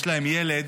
יש להם ילד